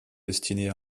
destinés